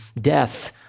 death